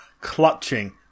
clutching